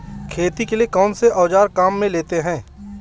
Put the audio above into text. खेती के लिए कौनसे औज़ार काम में लेते हैं?